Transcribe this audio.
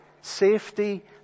safety